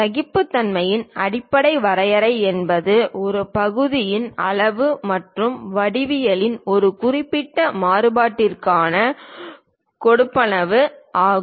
சகிப்புத்தன்மையின் அடிப்படை வரையறை என்பது ஒரு பகுதியின் அளவு மற்றும் வடிவவியலில் ஒரு குறிப்பிட்ட மாறுபாட்டிற்கான கொடுப்பனவு ஆகும்